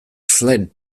fled